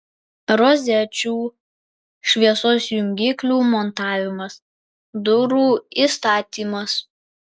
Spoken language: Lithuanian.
rozečių šviesos jungiklių montavimas durų įstatymas